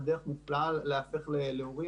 זו דרך נפלאה להפוך להורים.